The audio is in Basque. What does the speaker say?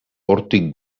hortik